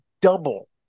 double